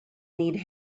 need